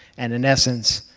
and, in essence,